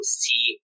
see